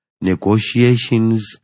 negotiations